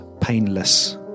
painless